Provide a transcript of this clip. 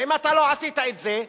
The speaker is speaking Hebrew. ואם אתה לא עשית את זה,